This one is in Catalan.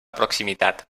proximitat